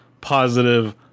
positive